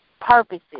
purposes